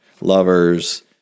lovers